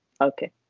okay